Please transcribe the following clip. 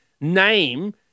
name